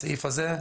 הסעיף הזה,